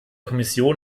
kommission